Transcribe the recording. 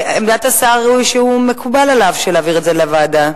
עמדת השר היא שמקובל עליו להעביר את זה לוועדה,